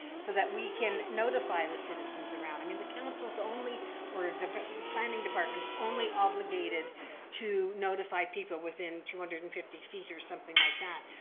so that we can notify the citizens around, i mean, the council's only or the planning department's only obligated to notify people within two hundred and fifty feet or something like that.